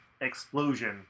explosion